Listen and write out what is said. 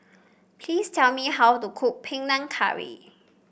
please tell me how to cook Panang Curry